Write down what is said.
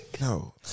No